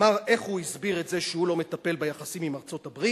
איך הוא הסביר את זה שהוא לא מטפל ביחסים עם ארצות-הברית,